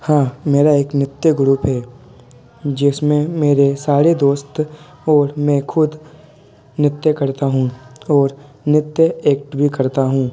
हाँ मेरा एक नृत्य ग्रुप है जिसमें मेरे सारे दोस्त और मैं ख़ुद नृत्य करता हूँ और नृत्य एक्ट भी करता हूँ